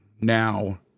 Now